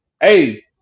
Hey